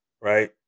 Right